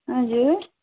हजुर